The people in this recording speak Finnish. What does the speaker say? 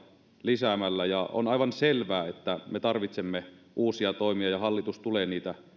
lisäämällä on aivan selvää että me tarvitsemme uusia toimia ja hallitus tulee niitä